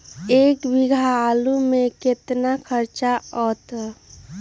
एक बीघा आलू में केतना खर्चा अतै?